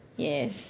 yes